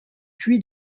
puy